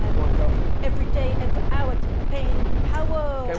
ah go on. go for it. every day, every hour turn the pain into power